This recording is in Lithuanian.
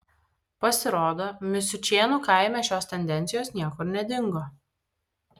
pasirodo misiučėnų kaime šios tendencijos niekur nedingo